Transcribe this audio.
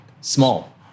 small